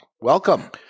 Welcome